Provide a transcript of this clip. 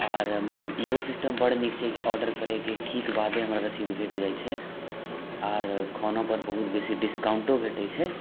आओर मतलब इहो सिस्टम बड़ नीक छै कि ऑडर करैके ठीक बादे हमरा रसीद भेटि जाइ छै आओर खानोपर बहुत बेसी डिस्काउण्टो भेटै छै